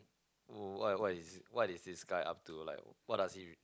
what what is what is this guy up to like what does he